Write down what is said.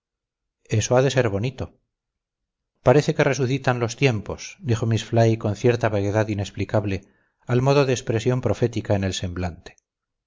eso ha de ser bonito parece que resucitan los tiempos dijo miss fly con cierta vaguedad inexplicable al modo de expresión profética en el semblante